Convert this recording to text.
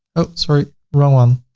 oh, sorry, wrong one.